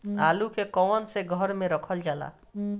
आलू के कवन से घर मे रखल जाला?